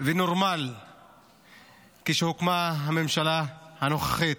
ונורמל כשהוקמה הממשלה הנוכחית,